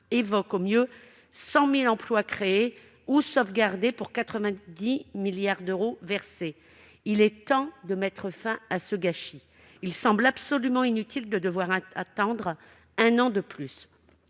évoque, au mieux, 100 000 emplois créés ou sauvegardés pour 90 milliards d'euros versés. Il est temps de mettre fin à ce gâchis, et il semble absolument inutile d'attendre un an de plus